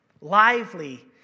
lively